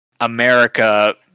America